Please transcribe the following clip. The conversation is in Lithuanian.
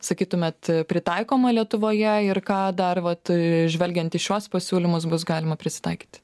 sakytumėt pritaikoma lietuvoje ir ką dar vat žvelgiant į šiuos pasiūlymus bus galima prisitaikyti